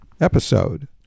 episode